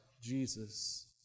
Jesus